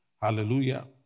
Hallelujah